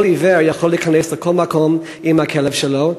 כל עיוור יכול להיכנס לכל מקום עם הכלב שלו,